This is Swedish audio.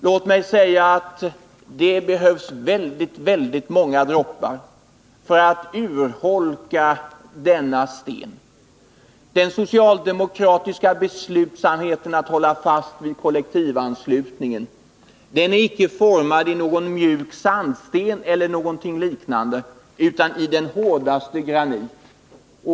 Låt mig säga att det behövs väldigt många droppar för att urholka denna sten. Den socialdemokratiska beslutsamheten att hålla fast vid kollektivanslutningen är icke formad i någon mjuk sandsten eller något liknande utan i den hårdaste granit.